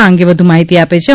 આ અંગે વધુ માહિતી આવેછે